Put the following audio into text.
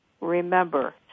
remember